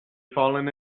fallen